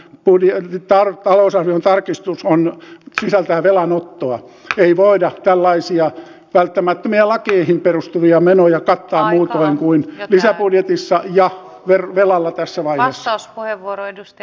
b puolia kitara talousarvion tarkistukseen sisältää velanottoa ei voida tällaisia välttämättömiä lakeihin perustuvia menoja aiotaan kuin lisäbudjetissa ja ben bellalla tässä vain ansas puheenvuoro edusti